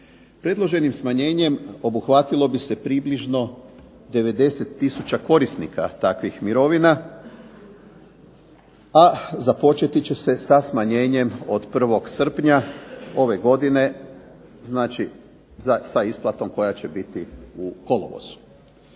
Predloženim smanjenjem obuhvatilo bi se približno 90 tisuća korisnika takvih mirovina, a započeti će se sa smanjenjem od 1. srpnja ove godine, sa isplatom koja će biti u kolovozu.